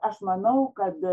aš manau kad